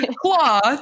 Cloth